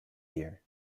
year